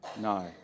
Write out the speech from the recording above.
No